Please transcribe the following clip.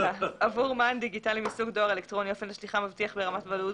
עבור מען דיגיטלי מסוג דואר אלקטרוני אופן השליחה מבטיח ברמת ודאות